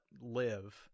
live